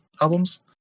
albums